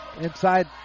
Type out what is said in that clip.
inside